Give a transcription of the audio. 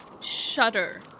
shudder